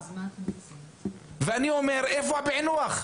ואני אומר, איפה הפענוח?